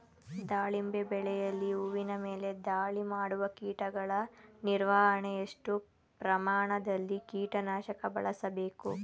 ದಾಳಿಂಬೆ ಬೆಳೆಯಲ್ಲಿ ಹೂವಿನ ಮೇಲೆ ದಾಳಿ ಮಾಡುವ ಕೀಟಗಳ ನಿರ್ವಹಣೆಗೆ, ಎಷ್ಟು ಪ್ರಮಾಣದಲ್ಲಿ ಕೀಟ ನಾಶಕ ಬಳಸಬೇಕು?